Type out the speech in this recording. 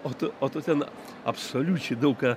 o tu o tu ten absoliučiai daug ką